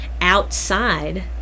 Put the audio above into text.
outside